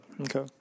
Okay